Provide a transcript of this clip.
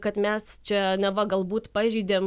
kad mes čia neva galbūt pažeidėm